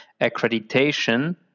accreditation